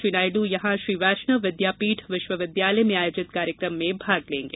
श्री नायड् यहां श्री वैष्णव विद्यापीठ विश्वविद्यालय में आयोजित कार्यक्रम में भाग लेंगे